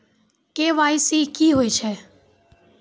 KYC की होय छै?